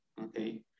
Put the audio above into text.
okay